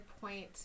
point